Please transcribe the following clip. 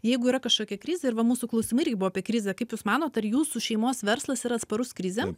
jeigu yra kažkokia krizė ir va mūsų klausimai irgi buvo apie krizę kaip jūs manot ar jūsų šeimos verslas yra atsparus krizėm